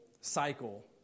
cycle